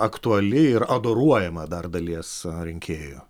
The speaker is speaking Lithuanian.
aktuali ir adoruojama dar dalies rinkėjų